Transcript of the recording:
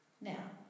Now